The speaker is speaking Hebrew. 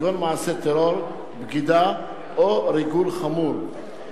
כגון מעשה טרור, בגידה או ריגול חמור.